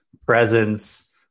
presence